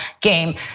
game